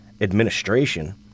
administration